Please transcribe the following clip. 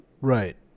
Right